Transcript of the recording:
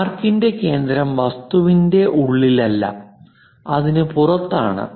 ആർകിന്റെ കേന്ദ്രം വസ്തുവിന്റെ ഉള്ളിലല്ല അതിനു പുറത്താണ്